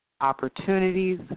opportunities